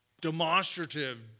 demonstrative